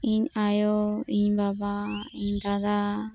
ᱤᱧ ᱟᱭᱳ ᱤᱧ ᱵᱟᱵᱟ ᱤᱧ ᱫᱟᱫᱟ